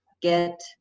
get